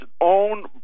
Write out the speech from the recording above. own